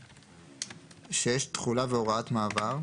6. תחולה והוראת מעבר.